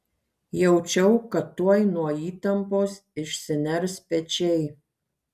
jaučiau kad tuoj nuo įtampos išsiners pečiai